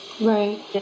Right